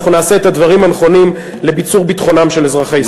אנחנו נעשה את הדברים הנכונים לביצור ביטחונם של אזרחי ישראל.